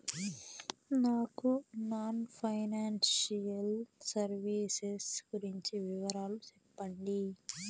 నాకు non financial services గురించి వివరాలు సెప్పండి?